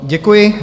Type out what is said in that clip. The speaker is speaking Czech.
Děkuji.